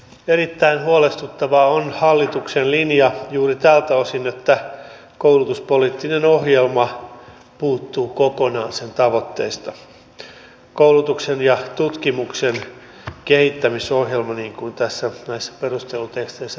erittäin huolestuttava on hallituksen linja juuri tältä osin että koulutuspoliittinen ohjelma puuttuu kokonaan sen tavoitteista koulutuksen ja tutkimuksen kehittämisohjelma niin kuin näissä perusteluteksteissä todetaan